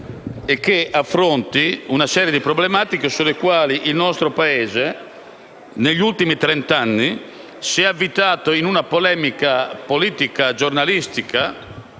e che affronti una serie di problematiche sulle quali il nostro Paese, negli ultimi trent'anni, si è avvitato in una polemica politica e giornalistica,